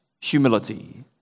humility